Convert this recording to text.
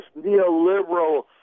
neoliberal